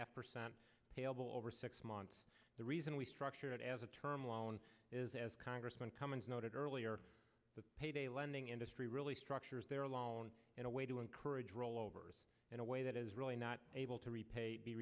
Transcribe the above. half percent saleable over six months the reason we structured it as a term loan is as congressman cummings noted earlier the payday lending industry really structures their alone in a way to encourage rollovers in a way that is really not able to repay be